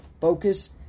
focus